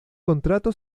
contrato